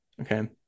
Okay